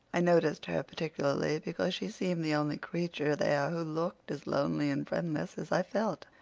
i noticed her particularly because she seemed the only creature there who looked as lonely and friendless as i felt.